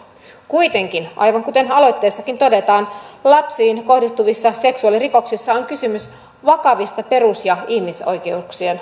kuitenkin aivan kuten aloitteessakin todetaan lapsiin kohdistuvissa seksuaalirikoksissa on kysymys vakavista perus ja ihmisoikeuksien loukkauksista